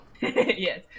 Yes